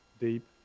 deep